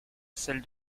celle